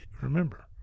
remember